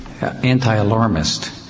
anti-alarmist